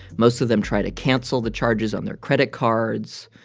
most of them tried to cancel the charges on their credit cards.